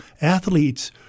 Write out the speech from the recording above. athletes—